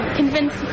convince